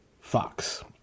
Fox